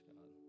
God